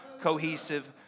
cohesive